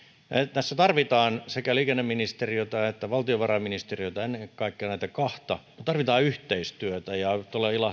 tässä tarvitaan sekä liikenneministeriötä että valtiovarainministeriötä ennen kaikkea näitä kahta me tarvitsemme yhteistyötä ja